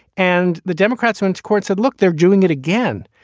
and the democrats went to court, said, look, they're doing it again.